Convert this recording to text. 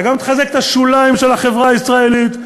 אתה גם תחזק את השוליים של החברה הישראלית,